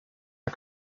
der